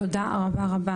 תודה רבה רבה.